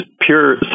pure